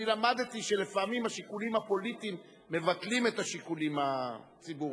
אני למדתי שלפעמים השיקולים הפוליטיים מבטלים את השיקולים הציבוריים.